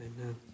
Amen